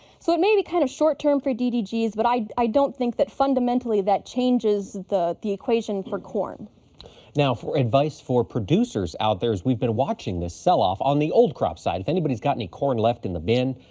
so, it may be kind of short-term for ddgs but i i don't think that fundamentally that changes the the equation for corn. pearson now, advice for producers out there as we've been watching this selloff. on the old crop side, if anybody has got any corn left in the bin,